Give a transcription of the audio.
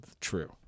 true